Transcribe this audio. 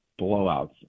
blowouts